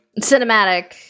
Cinematic